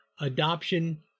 adoption